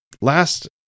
Last